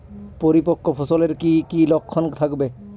পরিপক্ক ফসলের কি কি লক্ষণ থাকবে?